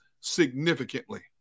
significantly